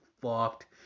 fucked